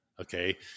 Okay